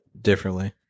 differently